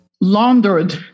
laundered